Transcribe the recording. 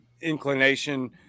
inclination